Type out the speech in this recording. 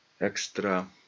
extra